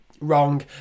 wrong